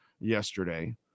yesterday